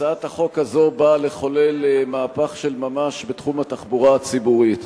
הצעת החוק הזו באה לחולל מהפך של ממש בתחום התחבורה הציבורית.